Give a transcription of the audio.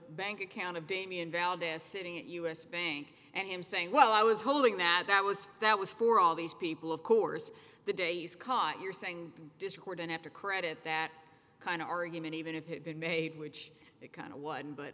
bank account of damien val they're sitting at u s bank and him saying well i was hoping that that was that was for all these people of course the days caught you're saying discordant after credit that kind of argument even if it had been made which it kind of won but